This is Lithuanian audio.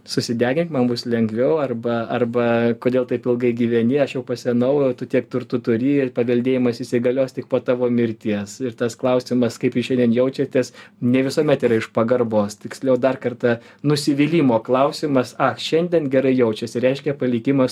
susidegink man bus lengviau arba arba kodėl taip ilgai gyveni aš jau pasenau tu tiek turtų turi paveldėjimas įsigalios tik po tavo mirties ir tas klausimas kaip jūs šiandien jaučiatės ne visuomet yra iš pagarbos tiksliau dar kartą nusivylimo klausimas šiandien gerai jaučiasi reiškia palikimas